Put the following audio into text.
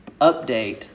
update